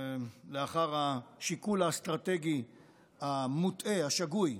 לאחר השיקול האסטרטגי המוטעה, השגוי,